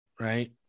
right